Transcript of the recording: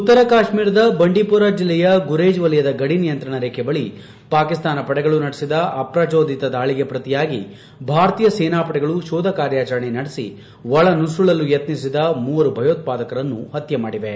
ಉತ್ತರ ಕಾಶ್ಮೀರದ ಬಂಡಿಪೋರ ಜಿಲ್ಲೆಯ ಗುರೇಜ್ ವಲಯದ ಗದಿ ನಿಯಂತ್ರಣ ರೇಖೆ ಬಳಿ ಪಾಕಿಸ್ತಾನ ಪಡೆಗಳು ನಡೆಸಿದ ಅಪ್ರಚೋದಿತ ದಾಳಿಗೆ ಪ್ರತಿಯಾಗಿ ಭಾರತೀಯ ಸೇನಾಪಡೆಗಳು ಶೋಧ ಕಾರ್ಯಾಚರಣೆ ನಡೆಸಿ ಒಳನುಸುಳಲು ಯತ್ನಿಸಿದ ಮೂವರು ಭಯೋತ್ಪಾದಕರನ್ನು ಹತ್ಯೆ ಮಾದಿವೆ